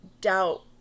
doubt